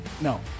No